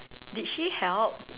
did she help